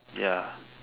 ya